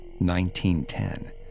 1910